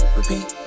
repeat